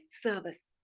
service